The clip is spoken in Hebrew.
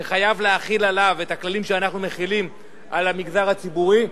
שחייב להחיל עליו את הכללים שאנחנו מחילים על המגזר הציבורי.